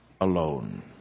alone